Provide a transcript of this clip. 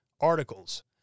articles